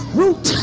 root